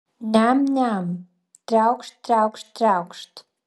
niam niam triaukšt triaukšt triaukšt